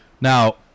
Now –